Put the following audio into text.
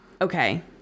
Okay